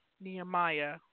Nehemiah